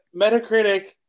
Metacritic